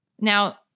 now